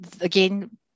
again